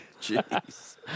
Jeez